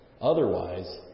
Otherwise